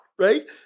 Right